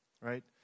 right